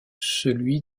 celui